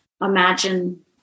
imagine